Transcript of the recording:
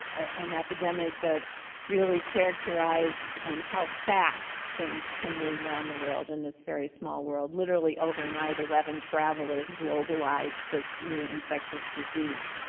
an epidemic that really characterized how fast things can move around the world in this very small world. literally overnight eleven travelers globalized this new infectious disease,